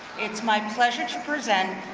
it's my pleasure to present,